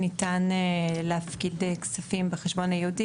ניתן להפקיד כספים בחשבון הייעודי,